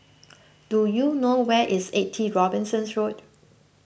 do you know where is eighty Robinson's Road